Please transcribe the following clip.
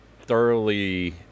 thoroughly